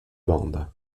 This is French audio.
bande